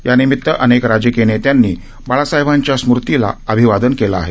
यानिमितानं अनेक राजकीय नेत्यांनी बाळासाहेबांच्या स्मृतीला अभिवादन केलं आहे